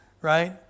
right